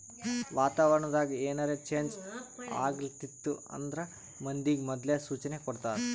ವಾತಾವರಣ್ ದಾಗ್ ಏನರೆ ಚೇಂಜ್ ಆಗ್ಲತಿತ್ತು ಅಂದ್ರ ಮಂದಿಗ್ ಮೊದ್ಲೇ ಸೂಚನೆ ಕೊಡ್ತಾರ್